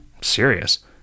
Serious